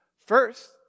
First